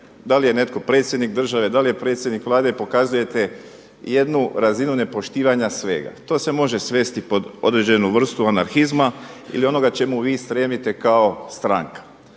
da li je netko predsjednik države, da li je predsjednik Vlade pokazujete jednu razinu nepoštivanja svega. To se može svesti pod određenu vrstu anarhizma ili onoga čemu vi stremite kao stranka.